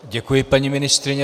Děkuji, paní ministryně.